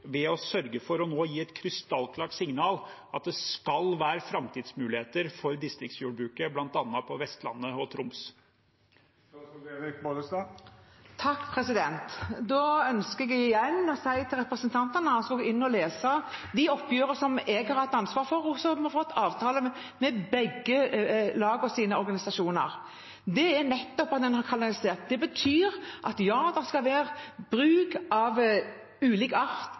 ved å sørge for å gi et krystallklart signal om at det skal være framtidsmuligheter for distriktsjordbruket, bl.a. på Vestlandet og i Troms. Da ønsker jeg igjen å si til representanten at han må gå inn og lese de oppgjørene som jeg har hatt ansvar for, og som har fått avtale med begge lagenes organisasjoner. Det er nettopp at en har kanalisert. Det betyr at ja, det skal være bruk av ulik art